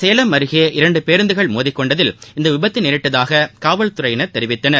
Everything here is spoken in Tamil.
சேலம் இரண்டுபேருந்துகள் மோதிக் கொண்டதில் அருகே இந்தவிபத்துநேரிட்டதாககாவல்துறையினர் தெரிவித்தனர்